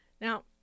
Now